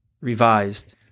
revised